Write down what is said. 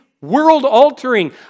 world-altering